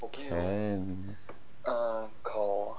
oh can call